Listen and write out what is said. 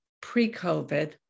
pre-COVID